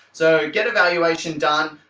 so get evaluation done.